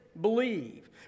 believe